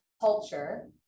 culture